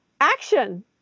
action